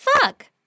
fuck